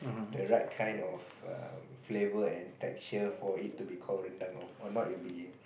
the right kind of um flavor and texture for it to be called rendang of or not it will be